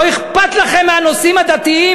לא אכפת לכם מהנושאים הדתיים,